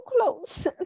close